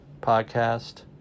podcast